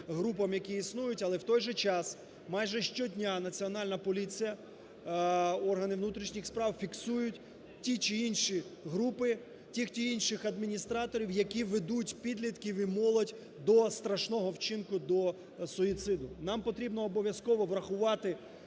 групам, які існують. Але, в той же час, майже щодня, Національна поліція, органи внутрішніх справ фіксують ті чи інші групи, тих чи інших адміністраторів, які ведуть підлітків і молодь до страшного вчинку, до суїциду. Нам потрібно обов'язково врахувати